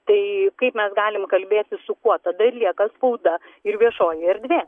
tai kaip mes galim kalbėtis su kuo tada ir lieka spauda ir viešoji erdvė